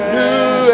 new